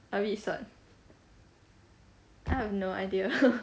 a bit sot I have no idea